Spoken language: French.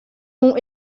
ont